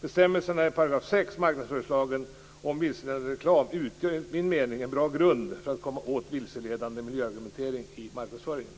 Bestämmelserna i 6 § marknadsföringslagen om vilseledande reklam utgör enligt min mening en bra grund för att komma åt vilseledande miljöargumentering i marknadsföringen.